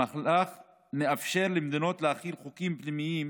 המהלך מאפשר למדינות להחיל חוקים פנימיים